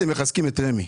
אתם מחזקים את רמ"י.